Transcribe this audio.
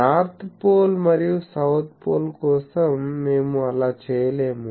north pole మరియు south pole కోసం మేము అలా చేయలేము